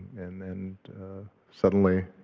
and then suddenly,